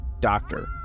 doctor